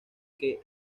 que